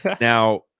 Now